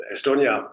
Estonia